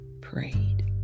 prayed